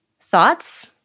Thoughts